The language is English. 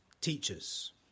teachers